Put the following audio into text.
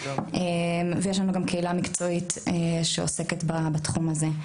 ויש לנו גם קהילה מקצועית שעוסקת בתחום הזה.